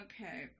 Okay